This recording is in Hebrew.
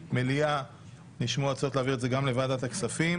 במליאה נשמעו הצעות להעביר את זה גם לוועדת הכספים.